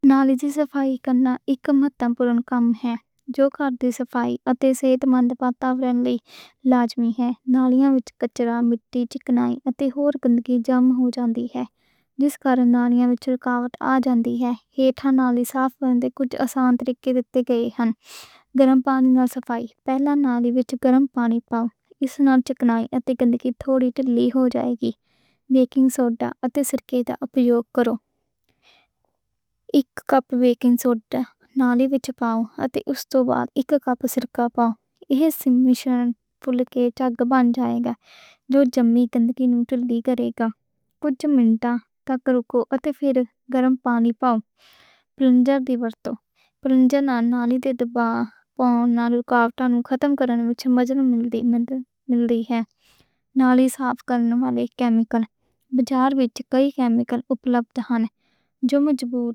نالے تے صفائی کرنا اک محنت طلب کم ہے۔ جو گھر دی صفائی اتے صحت مند ماحول لئی لازمی ہے۔ نالیاں وِچ کچرا، مٹی، چکنائی اتے ہور گند پھس جاندا ہے۔ جس کرکے نالیاں وِچ رکاوٹ آ جاندا ہے۔ اِتھے نالی صاف کرن دے کجھ آسان طریقے دِتے گئے ہن۔ گرم پانی نال صفائی پہلا نالی وِچ گرم پانی پاو۔ اس نال چکنائی اتے گندگی تھوڑی نرم ہو جائے گی۔ بیکنگ سوڈا اتے سرکے دا اپیوگ کرو۔ اک کپ بیکنگ سوڈا نالی وِچ پاو اتے اس توں بعد اک کپ سرکا پاو۔ یہ امتزاج مل کے جھاگ بن جائے گا جو جمی گندگی نوں نکال دے گا۔ کجھ منٹاں تک روکو اتے فیر گرم پانی پاو۔ پلنجر دی ورتوں پلنجر نالی دے مُنہ اُتے پاو نالی دی رکاوٹ نوں ختم کرن وِچ مدد ملے گی۔ نالی صاف کرن لئی اک کیمیکل ہے۔ بازار وِچ کئی کیمیکل دستیاب ہن جو مفید ہن۔